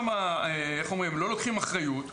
לא לוקחים אחריות שם.